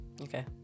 Okay